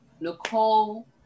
Nicole